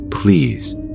please